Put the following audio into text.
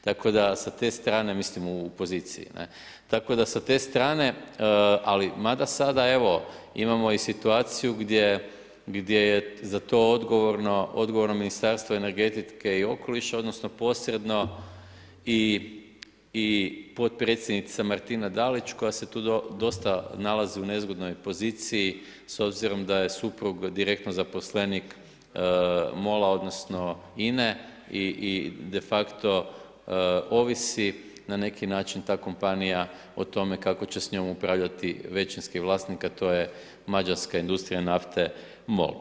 Tako da sa te strane mislim u poziciji, tako da sa te strane ali mada sada evo imamo i situaciju gdje je za to odgovorno Ministarstvo energetike i okoliša odnosno, posredno i potpredsjednica Martina Dalić koja se tu dosta nalazi u nezgodnoj poziciji s obzirom da je suprug direktno zaposlenik MOL-a odnosno Ine i de facto ovisi na neki način ta kompanija o tome kako će s njom upravljati većinski vlasnik, a to je mađarska industrija nafte MOL.